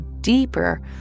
deeper